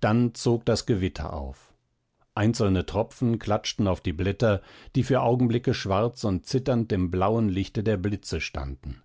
dann zog das gewitter auf einzelne tropfen klatschten auf die blätter die für augenblicke schwarz und zitternd im blauen lichte der blitze standen